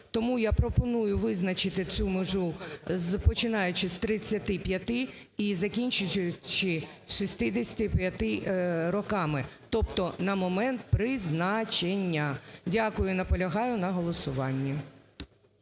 Тому я пропоную визначити цю межу, починаючи з 35 і закінчуючи 65 роками. Тобто на момент призначення. Дякую і наполягаю на голосуванні.